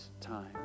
time